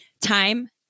time